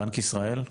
בנק ישראל,